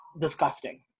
disgusting